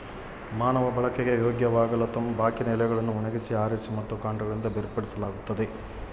ಮಾನವ ಬಳಕೆಗೆ ಯೋಗ್ಯವಾಗಲುತಂಬಾಕಿನ ಎಲೆಗಳನ್ನು ಒಣಗಿಸಿ ಆರಿಸಿ ಮತ್ತು ಕಾಂಡಗಳಿಂದ ಬೇರ್ಪಡಿಸಲಾಗುತ್ತದೆ